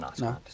no